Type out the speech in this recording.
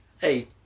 hey